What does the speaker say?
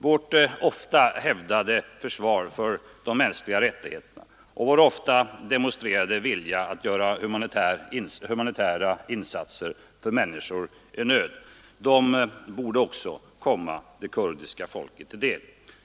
Vårt ofta hävdade försvar för de mänskliga rättigheterna och vår ofta demonstrerade vilja att göra humanitära insatser för människor i nöd borde också komma det kurdiska folket till del.